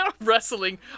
wrestling